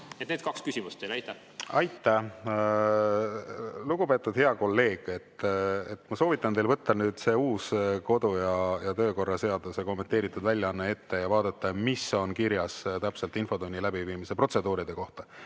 Need kaks küsimust teile. Aitäh! Lugupeetud hea kolleeg! Ma soovitan teil võtta nüüd see uus kodu- ja töökorra seaduse kommenteeritud väljaanne ette ja vaadata, mis on täpselt kirjas infotunni läbiviimise protseduuride kohta.